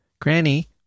Granny